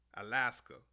Alaska